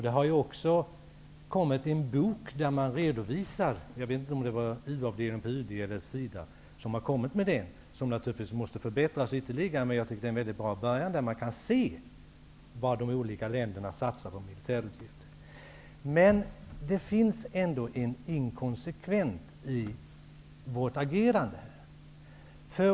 Det har också kommit ut en bok där man redovisar fakta -- jag vet inte om det var u-avdelningen på UD eller SIDA som gav ut den. Informationen måste naturligtvis ytterligare förbättras. Men jag tycker att det är en mycket bra början. Man kan se vad de olika länderna satsar i form av militärutgifter. Men det finns ändå en inkonsekvens i vårt agerande.